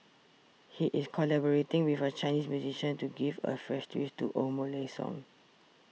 he is collaborating with a Chinese musician to give a fresh twist to old Malay songs